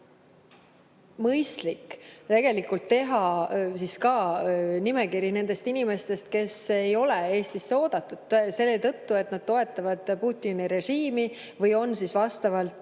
on mõistlik teha nimekiri ka nendest inimestest, kes ei ole Eestisse oodatud selle tõttu, et nad toetavad Putini režiimi või on vastavalt